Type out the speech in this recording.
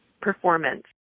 performance